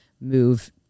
move